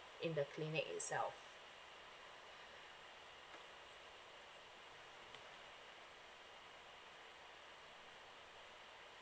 in the clinic itself